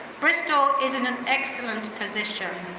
bristol is an an excellent position.